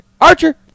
Archer